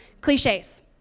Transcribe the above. cliches